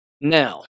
Now